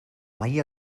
mai